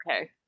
Okay